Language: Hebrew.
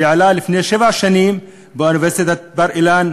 שהעלה לפני שבע שנים באוניברסיטת בר-אילן,